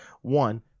One